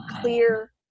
clear